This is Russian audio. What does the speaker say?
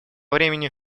времени